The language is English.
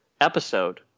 episode